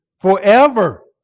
forever